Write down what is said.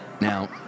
Now